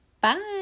Bye